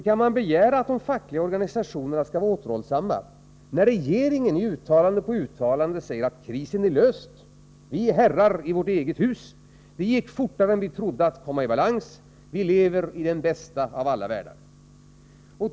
Kan man begära att de fackliga organisationerna skall vara återhållsamma, när regeringen i uttalande efter uttalande säger att krisen är löst, vi är herrar i vårt eget hus, det gick fortare än vi trodde att komma i balans, vi lever i den bästa av alla världar!